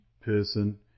person